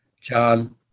John